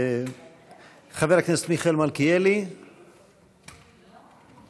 חבר הכנסת מיכאל מלכיאלי, איננו.